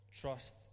Trust